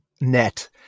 net